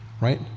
Right